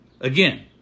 Again